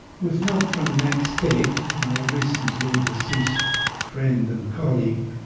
with help from max tate, my recently deceased friend and colleague,